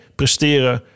presteren